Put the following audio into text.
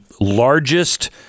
largest